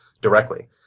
directly